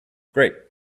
great